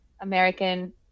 American